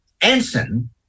Ensign